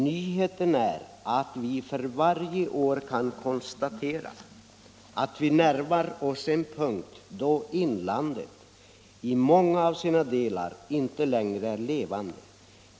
Nyheten är att vi för varje år kan konstatera att vi närmar oss en punkt då inlandet i många av sina delar inte längre är levande.